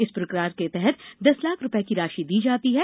इस पुरस्कार के तहत दस लाख रूपये की राशि दी जाती है